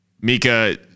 Mika